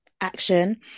action